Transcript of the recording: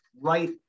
right